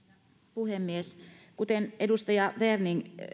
puhemies kuten edustaja werning